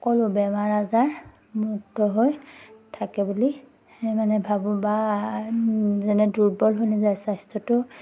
সকলো বেমাৰ আজাৰ মুক্ত হৈ থাকে বুলি মানে ভাবোঁ বা যেনে দুৰ্বল হৈ নেযায় স্বাস্থ্যটো